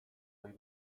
ohi